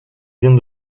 viens